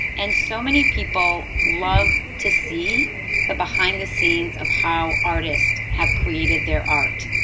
and so many people love to see the behind the scenes of how artists have created their art.